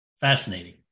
Fascinating